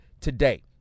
today